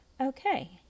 Okay